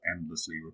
endlessly